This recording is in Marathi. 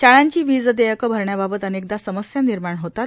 शाळांची वीज देयकं भरण्याबाबत अनेकदा समस्या निर्माण होतात